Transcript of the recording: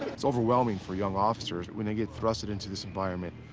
it's overwhelming for young officers, when they get thrusted into this environment,